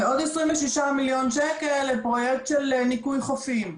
ועוד 26 מיליון שקל לפרויקט של ניקוי חופים.